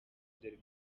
byari